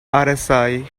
rsi